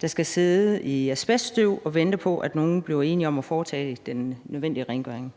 der skal sidde i asbeststøv og vente på, at nogen bliver enige om at foretage den nødvendige rengøring.